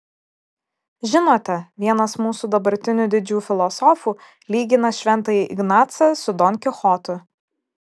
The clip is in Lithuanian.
žinote vienas mūsų dabartinių didžių filosofų lygina šventąjį ignacą su don kichotu